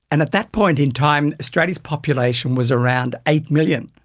and at that point in time australia's population was around eight million.